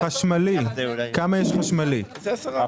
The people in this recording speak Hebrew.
חשמלי, כמה יש חשמלי, פחות מ-10%.